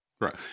Right